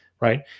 right